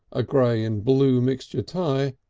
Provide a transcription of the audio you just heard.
a grey and blue mixture tie,